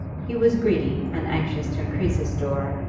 he was greedy and anxious to increase his store,